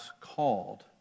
called